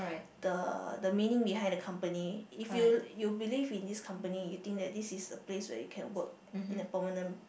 the the meaning behind the company if you you believe in this company you think that this is the place that you can work in a permanent